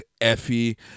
Effie